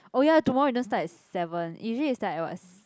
oh ya tomorrow you don't start at seven usually you start at what s~